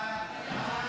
ההצעה להעביר